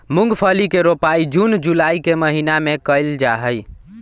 मूंगफली के रोपाई जून जुलाई के महीना में कइल जाहई